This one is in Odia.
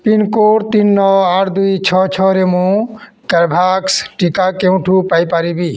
ପିନ୍କୋଡ଼୍ ତିନି ନଅ ଆଠ ଦୁଇ ଛଅ ଛଅରେ ମୁଁ କୋଭାକ୍ସ ଟୀକା କେଉଁଠୁ ପାଇପାରିବି